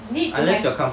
need like